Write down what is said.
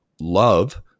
love